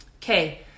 Okay